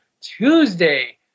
Tuesday